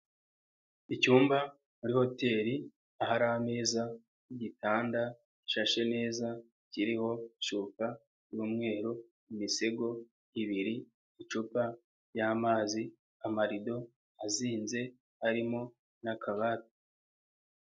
Icyumba muri hoteli, hari ameza n'igitanda gishashe neza, kiriho ishuka y'umweru, imisego ibiri, icupa ry'amazi, amarido azinze, harimo n'akabati.